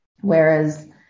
whereas